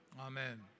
Amen